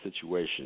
situation